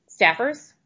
staffers